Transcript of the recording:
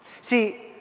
See